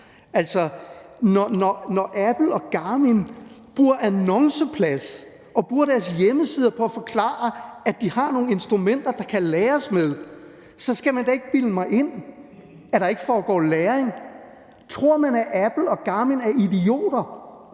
Når Apple og Garmin bruger annonceplads og bruger deres hjemmesider på at forklare, at de har nogle instrumenter, der kan lagres med, skal man da ikke bilde mig ind, at der ikke foregår lagring. Tror man, at Apple og Garmin er idioter?